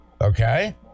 okay